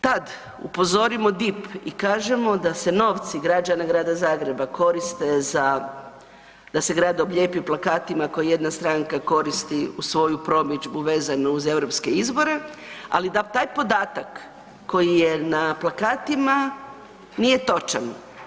Tad upozorimo DIP i kažemo da se novci građana Grada Zagreba koriste za, da se grad oblijepi plakatima koji jedna stranka koristi u svoju promidžbu vezano uz europske izbore, ali da taj podatak koji je na plakatima nije točan.